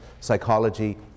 psychology